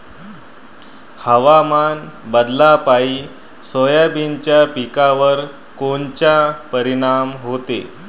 हवामान बदलापायी सोयाबीनच्या पिकावर कोनचा परिणाम होते?